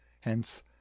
hence